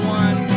one